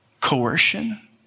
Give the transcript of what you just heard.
coercion